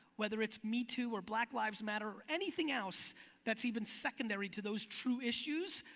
whether it's me too or black lives matters or anything else that's even secondary to those true issues,